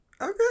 Okay